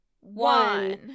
one